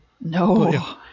No